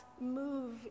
move